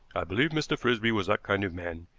i believe mr. frisby was that kind of man,